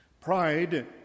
Pride